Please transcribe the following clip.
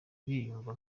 biyumva